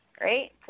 right